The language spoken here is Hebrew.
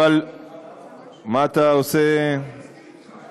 מה אתה עושה, אני מסכים אתך.